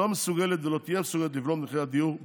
היא לא מסוגלת ולא תהיה מסוגלת לבלום את מחירי הדיור,